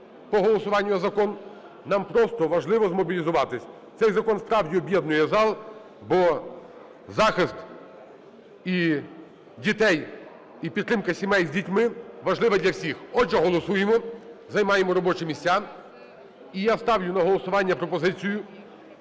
по голосуванню за закон, нам просто важливо змобілізуватися. Цей закон справді об'єднує зал, бо захист і дітей, і підтримка сімей з дітьми важлива для всіх. Отже, голосуємо, займаємо робочі місця. І я ставлю на голосування пропозицію